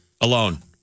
Alone